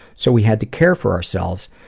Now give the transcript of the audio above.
so we had to care for ourselves,